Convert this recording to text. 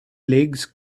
legs